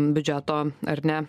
biudžeto ar ne